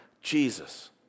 Jesus